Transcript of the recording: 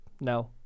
no